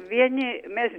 vieni mes